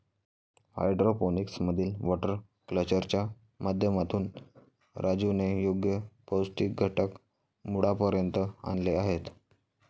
hydroponics मधील water कल्चरच्या माध्यमातून राजूने योग्य पौष्टिक घटक मुळापर्यंत आणले आहेत